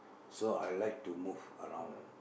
so I like to move around